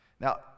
Now